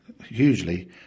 hugely